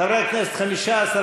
חברי הכנסת,